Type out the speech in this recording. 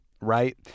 Right